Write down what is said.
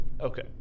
okay